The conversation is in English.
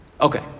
Okay